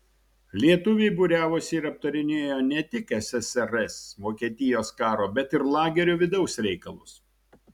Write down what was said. lietuviai būriavosi ir aptarinėjo ne tik ssrs vokietijos karo bet ir lagerio vidaus reikalus